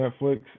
Netflix